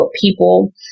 people